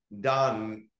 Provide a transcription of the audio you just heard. done